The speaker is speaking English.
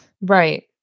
Right